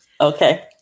Okay